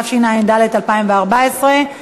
התשע"ד 2014,